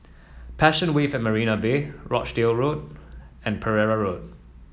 Passion Wave at Marina Bay Rochdale Road and Pereira Road